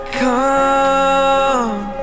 come